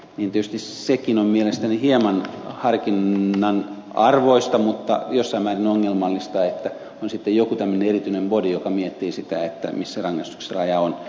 tietysti sekin on mielestäni hieman harkinnan arvoista mutta jossain määrin ongelmallista että on sitten joku tämmöinen erityinen body joka miettii sitä missä rangaistuksen raja on